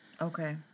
Okay